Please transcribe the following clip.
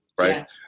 Right